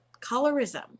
Colorism